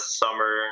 summer